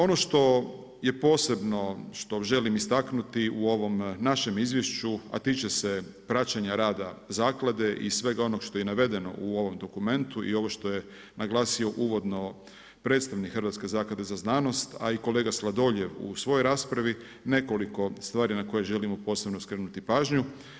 Ono što je posebno, što želim istaknuti u ovom našem izvješću a tiče se praćenja rada zaklade i svega onog što je i navedeno u ovom dokumentu i ovo što je naglasio uvodno predstavnik Hrvatske zaklade za znanost a i kolega Sladoljev u svojoj raspravi, nekoliko stvari na koje želimo posebno skrenuti pažnju.